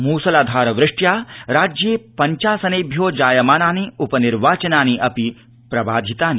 मूसलाधार वृष्ट्या राज्ये पञ्चासनेभ्यो जायमानानि उपनिर्वाचनानि अपि प्रबाधितानि